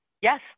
Yes